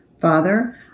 Father